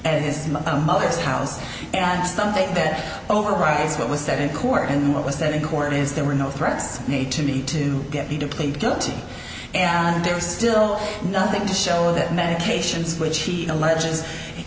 and his mother's house and something that overrides what was said in court and what was that in court is there were no threats made to me to get me to plead guilty and they're still nothing to show that medications which he allege